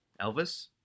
Elvis